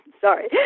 Sorry